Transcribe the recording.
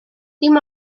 dim